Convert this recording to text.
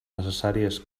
necessàries